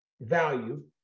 value